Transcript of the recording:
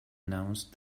announced